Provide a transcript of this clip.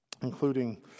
including